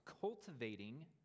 cultivating